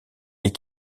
dès